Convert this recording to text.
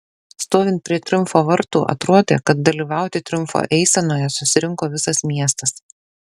stovint prie triumfo vartų atrodė kad dalyvauti triumfo eisenoje susirinko visas miestas